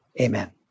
Amen